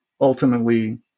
ultimately